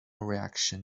reaction